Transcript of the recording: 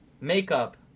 makeup